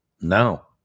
now